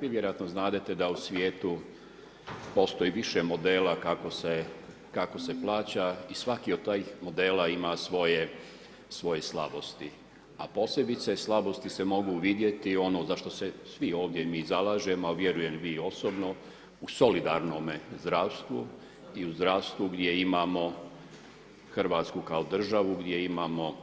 Vi vjerojatno znadete da u svijetu postoji više modela kako se plaća i svaki od tih modela ima svoje slabosti, a posebice slabosti se mogu vidjeti ono zašto se svi ovdje mi zalažemo a vjerujem i vi osobno u solidarnome zdravstvu i u zdravstvu i gdje imamo Hrvatsku kao državu, gdje imamo